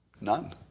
None